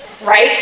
Right